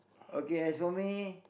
okay as for me